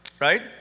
right